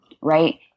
right